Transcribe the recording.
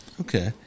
Okay